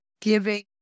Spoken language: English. giving